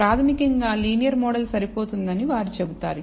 ప్రాథమికంగా linear model సరిపోతుందని వారు చెబుతారు